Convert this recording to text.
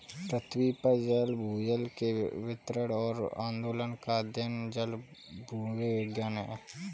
पृथ्वी पर जल भूजल के वितरण और आंदोलन का अध्ययन जलभूविज्ञान है